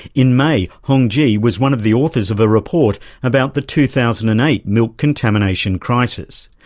in may, hongzhi was one of the authors of a report about the two thousand and eight milk contamination crisis.